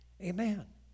Amen